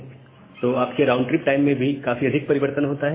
तो आपके round trip time में भी काफी अधिक परिवर्तन होता है